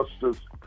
justice